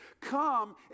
Come